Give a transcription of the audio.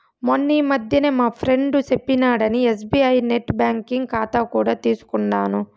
మొన్నీ మధ్యనే మా ఫ్రెండు సెప్పినాడని ఎస్బీఐ నెట్ బ్యాంకింగ్ కాతా కూడా తీసుకుండాను